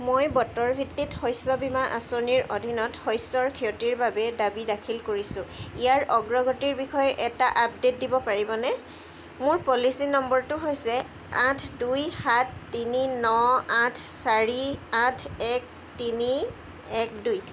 মই বতৰ ভিত্তিক শস্য বীমা আঁচনিৰ অধীনত শস্যৰ ক্ষতিৰ বাবে দাবী দাখিল কৰিছোঁ ইয়াৰ অগ্ৰগতিৰ বিষয়ে এটা আপডে'ট দিব পাৰিবনে মোৰ পলিচী নম্বৰটো হৈছে আঠ দুই সাত তিনি ন আঠ চাৰি আঠ এক তিনি এক দুই